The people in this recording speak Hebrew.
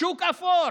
שוק אפור.